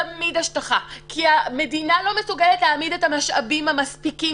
כי המדינה לא מסוגלת להעמיד את המשאבים המספיקים